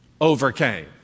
overcame